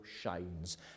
shines